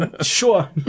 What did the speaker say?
Sure